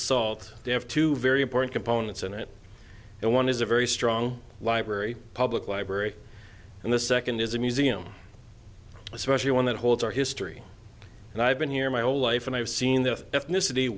salt they have two very important components in it and one is a very strong library public library and the second is a museum especially one that holds our history and i've been here my whole life and i've seen the ethnicity